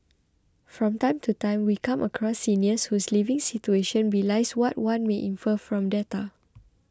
from time to time we come across seniors whose living situation belies what one may infer from data